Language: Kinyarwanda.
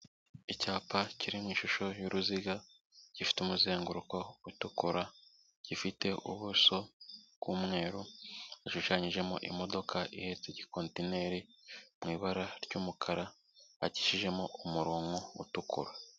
Icyapa kiri mu ishusho y'uruziga, gifite umuzenguruko utukura, gifite ubuso bw'umweru, hashushanyijemo imodoka ihetse igikotineri mu ibara ry'umukara, bakishijemo umuronko utukura.